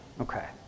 Okay